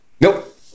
Nope